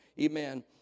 Amen